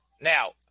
Now